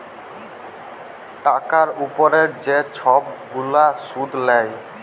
টাকার উপরে যে ছব গুলা সুদ লেয়